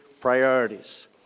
priorities